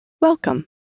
welcome